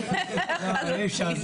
אי אפשר,